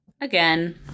Again